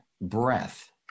breath